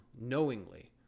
Knowingly